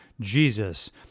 Jesus